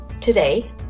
Today